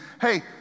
hey